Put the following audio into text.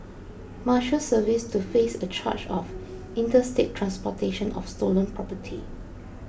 Marshals Service to face a charge of interstate transportation of stolen property